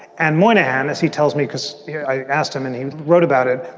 and moynihan, as he tells me, because yeah i asked him and he wrote about it,